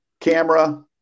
camera